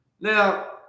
now